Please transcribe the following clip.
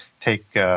take